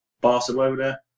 Barcelona